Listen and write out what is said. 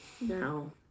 No